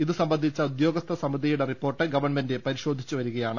ഇതുസംബന്ധിച്ച ഉദ്യോഗസ്ഥ സമിതിയുടെ റിപ്പോർട്ട് ഗവൺമെൻറ് പരിശോധിച്ചുവരികയാണ്